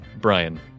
Brian